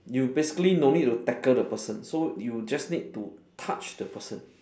you basically no need to tackle the person so you just need to touch the person